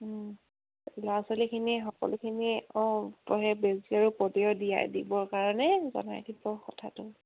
ল'ৰা ছোৱালীখিনিয়ে সকলোখিনিয়ে অঁ বেজী আৰু পলিও দিয়াই দিবৰ কাৰণে জনাই দিব কথাটো